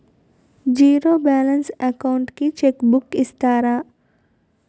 Zero balance account కి cheque book ఇస్తారా?